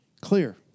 clear